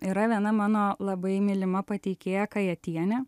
yra viena mano labai mylima pateikėja kajatienė